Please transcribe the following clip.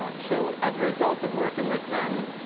ah so as a result of working with them,